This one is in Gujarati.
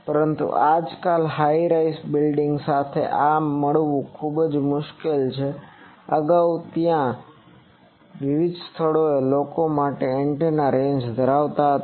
પરંતુ આજકાલ હાઈ રાઈઝ બિલ્ડીંગ સાથે આ મેળવવું ખૂબ જ મુશ્કેલ છે અગાઉ ત્યાં જ્યાં વિવિધ સ્થળોએ લોકો આ માટે એન્ટેનાની રેન્જ ધરાવતા હતા